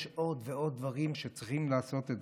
יש עוד ועוד דברים שצריכים לעשות.